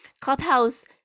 clubhouse